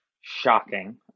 shocking